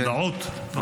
הודעות, כן?